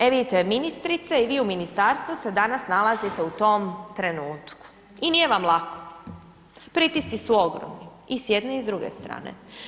E vidite ministrice i vi u ministarstvu se danas nalazite u tom trenutku i nije vam lako, pritisci su ogromni i s jedne i s druge strane.